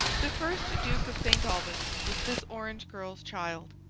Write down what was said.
the first duke of st. albans was this orange girl's child.